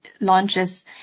launches